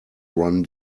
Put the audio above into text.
run